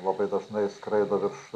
labai dažnai skraido virš